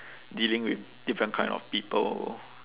dealing with different kind of people